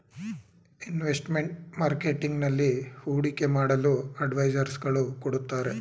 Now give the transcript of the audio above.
investment marketing ನಲ್ಲಿ ಹೂಡಿಕೆ ಮಾಡಲು ಅಡ್ವೈಸರ್ಸ್ ಗಳು ಕೊಡುತ್ತಾರೆ